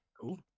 Cool